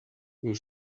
les